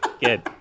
Good